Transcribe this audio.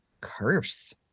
curse